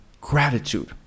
gratitude